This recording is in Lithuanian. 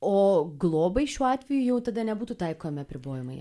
o globai šiuo atveju jau tada nebūtų taikomi apribojimai